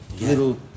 little